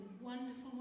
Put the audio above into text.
wonderful